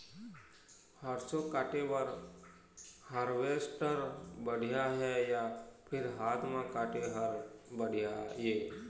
सरसों काटे बर हारवेस्टर बढ़िया हे या फिर हाथ म काटे हर बढ़िया ये?